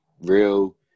real